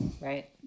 Right